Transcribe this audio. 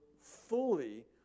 fully